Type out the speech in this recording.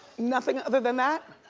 nothing other than that?